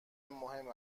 مهم